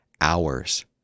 hours